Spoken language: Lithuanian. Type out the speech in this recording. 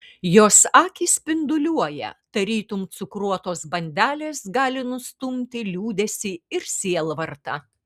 jos akys spinduliuoja tarytum cukruotos bandelės gali nustumti liūdesį ir sielvartą